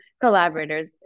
collaborators